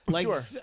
Sure